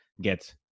get